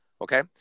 okay